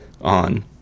on